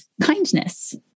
kindness